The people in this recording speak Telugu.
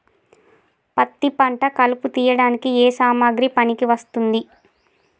పత్తి పంట కలుపు తీయడానికి ఏ సామాగ్రి పనికి వస్తుంది?